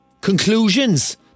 Conclusions